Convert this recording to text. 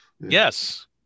Yes